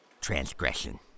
transgression